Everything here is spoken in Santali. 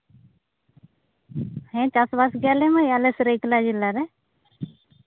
ᱦᱮᱸ ᱪᱟᱥᱼᱵᱟᱥ ᱜᱮᱭᱟᱞᱮ ᱢᱟᱹᱭ ᱟᱞᱮ ᱥᱟᱹᱨᱟᱹᱭᱠᱮᱞᱞᱟ ᱡᱮᱞᱟ ᱨᱮ